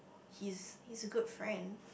he's he's a good friend